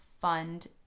fund